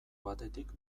batetik